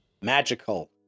magical